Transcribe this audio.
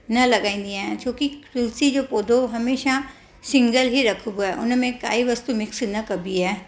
न लॻाईंदी आहियां छो की तुलसी जो पौधो हमेशह सिंगल ई रखिबो आहे उनमें काई वस्तू मिक्स न कबी आहे